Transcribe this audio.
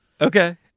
Okay